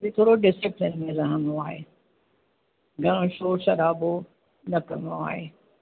ॾिसो डिसिप्लेन में रहिणो आहे घणो शोर शराबो न करिणो आहे